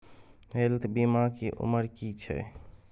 Health बीमा के उमर की छै?